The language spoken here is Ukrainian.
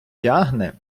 тягне